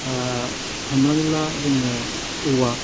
हमनानै ला जोङो औवा